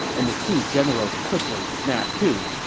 and the two generals quickly snapped to